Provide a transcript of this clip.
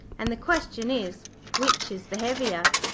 and the question is which is the heavier?